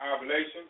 oblation